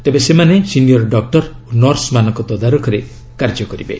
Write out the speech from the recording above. ତେବେ ସେମାନେ senior doctor ଓ ନର୍ସମାନଙ୍କ ତଦାରଖରେ କାର୍ଯ୍ୟ କରିବେ